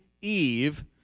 Eve